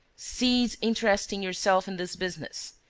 cease interesting yourself in this business.